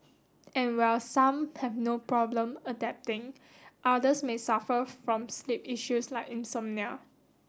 and while some have no problem adapting others may suffer from sleep issues like insomnia